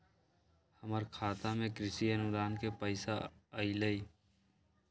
हमर खाता में कृषि अनुदान के पैसा अलई?